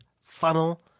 funnel